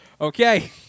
okay